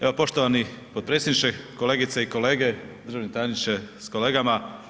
Evo poštovani potpredsjedniče, kolegice i kolege, državni tajniče sa kolegama.